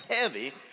heavy